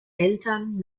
eltern